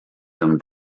him